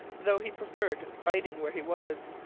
though he preferred fighting where he was,